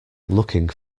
looking